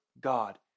God